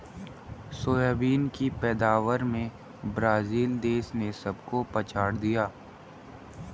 soybean की पैदावार में ब्राजील देश ने सबको पछाड़ दिया